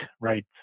right